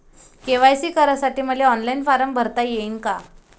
KYC करासाठी मले online form भरता येईन का?